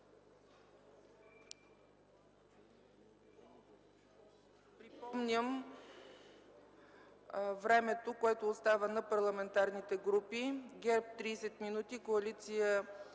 Припомням времето, което остава на парламентарните групи: - ГЕРБ – 30 минути; - Коалиция